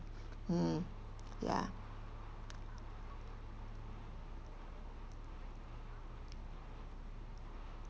mm ya